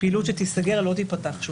פעילות שתיסגר, לא תיפתח שוב.